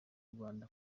rwanda